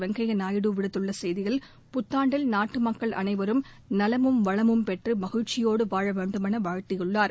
வெங்கய்யா நாயுடு விடுத்துள்ள செய்தியில் புத்தாண்டில் நாட்டு மக்கள் அனைவரும் நலமும் வளமும் பெற்று மகிழ்ச்சியோடு வாழ வேண்டுமென வாழ்த்தியுள்ளார்